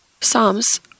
Psalms